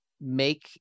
make